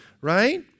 right